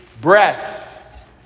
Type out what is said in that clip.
breath